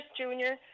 Junior